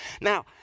Now